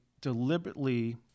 deliberately